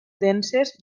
denses